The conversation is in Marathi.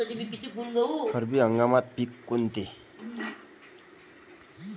खरीप हंगामातले पिकं कोनते?